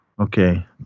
Okay